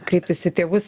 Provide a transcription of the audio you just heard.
kreiptis į tėvus